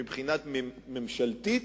מבחינה ממשלתית,